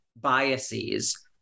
biases